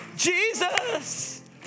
Jesus